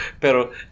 pero